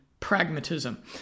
pragmatism